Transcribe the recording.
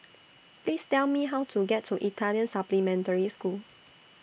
Please Tell Me How to get to Italian Supplementary School